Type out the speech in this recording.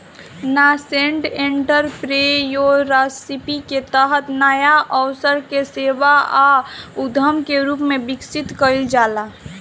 nascent entrepreneurship के तहत नाया अवसर के सेवा आ उद्यम के रूप में विकसित कईल जाला